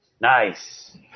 Nice